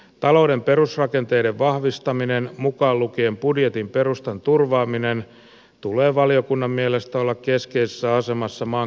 talouden perusrakenteiden vahvistamisen mukaan lukien budjetin perustan turvaamisen tulee valiokunnan mielestä olla keskeisessä asemassa maan kehittämisessä